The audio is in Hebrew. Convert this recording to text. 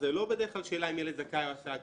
זאת בדרך כלל לא שאלה אם ילד זכאי להסעה,